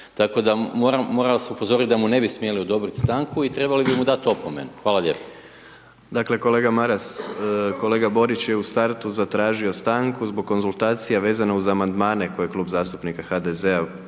Tako da moram vas upozoriti da mu ne bi smjeli odobriti stanku i trebali bi mu dati opomenu. Hvala lijepo. **Jandroković, Gordan (HDZ)** Dakle, kolega Maras, kolega Borić je u startu zatražio stanku, za konzultacije vezano uz amandmane, koje Klub zastupnika HDZ-a